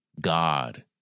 God